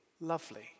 lovely